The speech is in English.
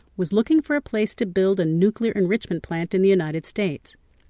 was looking for a place to build a nuclear enrichment plant in the united states.